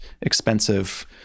expensive